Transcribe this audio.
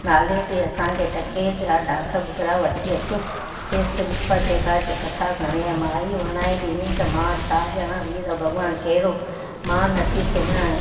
नाले ते असांखे टके जा ॾाखु भुॻिड़ा वठी अचु खेसि विस्पति देविता जी कथा करिणी आहे माई वराणी ॾिनी त मां छा ॼाणा वीरल देविता भॻवान कहिड़ो मां नथी सुञाणा